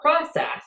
process